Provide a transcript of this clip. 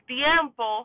tiempo